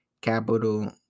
capital